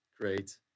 Great